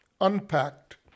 unpacked